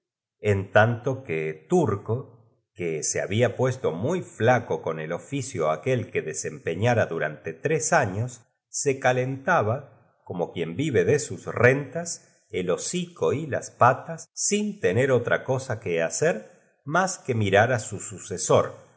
en tanto que turco que se había puesto muy flaco con el oficio aquel que desempeñar a durante tres aiios se calentaba como quien vi e de sus rentas el hocico y las patas sin tener otra cosa que hacer más qu e mirar á su